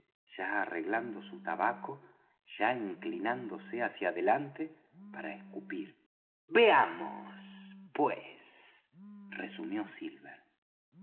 ya arreglando su tabaco ya inclinándose hacia adelante para escupir veamos pues resumió silver